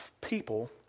people